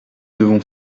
devons